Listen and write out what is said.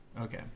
Okay